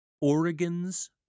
Oregon's